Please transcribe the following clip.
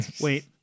Wait